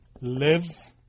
lives